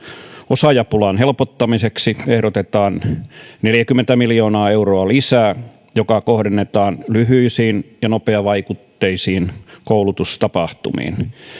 osaajapulan helpottamiseksi ehdotetaan lisää neljäkymmentä miljoonaa euroa joka kohdennetaan lyhyisiin ja nopeavaikutteisiin koulutustapahtumiin